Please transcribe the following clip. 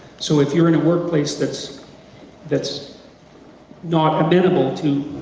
so if you're in a workplace that's that's not amendable to